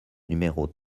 numéros